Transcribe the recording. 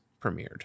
premiered